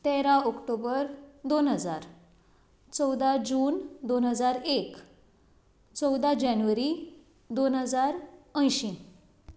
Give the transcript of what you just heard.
तेरा ऑक्टोबर दोन हजार चौवदा जून दोन हजार एक चवदा जेनवरी दोन हजार अंयशी